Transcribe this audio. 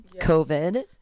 COVID